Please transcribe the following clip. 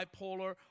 bipolar